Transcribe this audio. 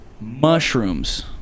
mushrooms